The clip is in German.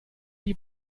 die